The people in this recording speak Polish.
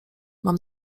mam